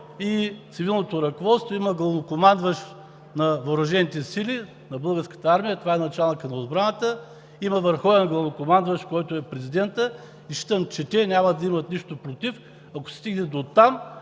и цивилното ръководство. Има главнокомандващ на въоръжените сили, на Българската армия – това е началникът на отбраната, има върховен главнокомандващ, който е президентът. Считам, че те няма да имат нищо против, ако се стигне дотам,